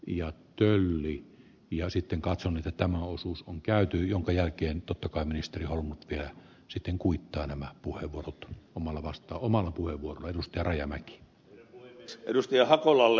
ja työlli ja sitten katson mitä tämä osuus on käyty jonka jälkeen tutokaan ministeri halunnut vielä siten kuittaa nämä puheenvuorot omalla vasta oman uuden vuokra ja rajamäki sen edustaja hakolalle